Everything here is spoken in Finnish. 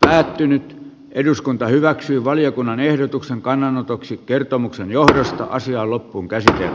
päättynyt eduskunta hyväksyy valiokunnan ehdotuksen kannanotoksi kertomuksen johdosta asian loppuun keisaria